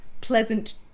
pleasant